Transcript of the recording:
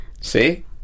See